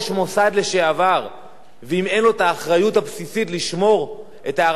ואם אין לו האחריות הבסיסית לשמור את הערכותיו לעצמו,